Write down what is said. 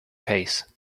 pace